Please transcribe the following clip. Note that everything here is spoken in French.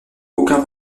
aucun